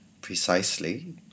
precisely